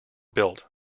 built